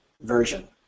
version